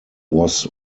was